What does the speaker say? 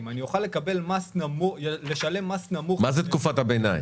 אני אוכל לשלם מס נמוך --- מה זה תקופת הביניים?